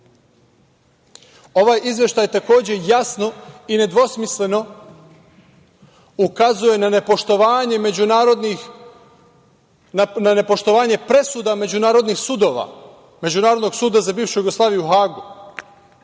Ovaj izveštaj takođe jasno i nedvosmisleno ukazuje na nepoštovanje presuda međunarodnih sudova, Međunarodnog suda za bivšu Jugoslaviju u Hagu,